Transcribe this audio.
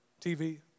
TV